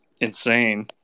insane